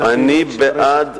אני בעד,